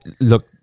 Look